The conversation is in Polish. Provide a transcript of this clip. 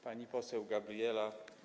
Pani poseł Gabrieli.